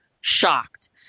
shocked